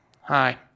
hi